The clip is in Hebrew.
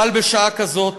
אבל בשעה כזאת